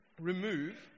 remove